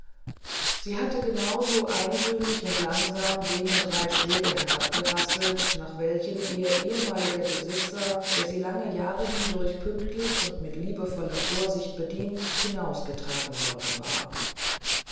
sie hatte genau so eintönig und langsam jene drei schläge herabgerasselt nach welchen ihr ehemaliger besitzer der sie lange jahre hindurch pünktlich und mit liebevoller vorsicht bedient hinausgetragen worden war